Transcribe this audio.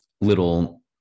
little